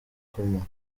koma